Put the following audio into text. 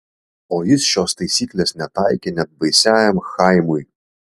o jis šios taisyklės netaikė net baisiajam chaimui